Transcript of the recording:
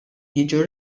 jiġu